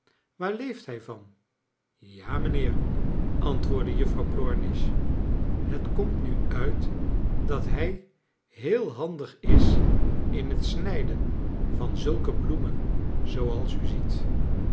waar leeft hij van ja mijnheer antwoordde juffrouw plornish het komt nu nit dat hij heel handig is in het snijden van zulke bloemen zooals u ziet